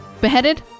beheaded